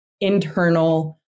internal